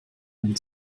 ein